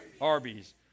Arby's